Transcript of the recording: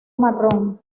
marrón